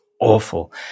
awful